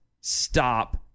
stop